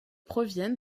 proviennent